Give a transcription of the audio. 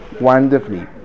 wonderfully